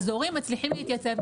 אז הורים מצליחים להתייצב.